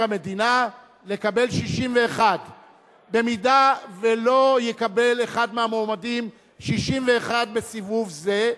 המדינה לקבל 61. אם לא יקבל אחד מהמועמדים 61 בסיבוב זה,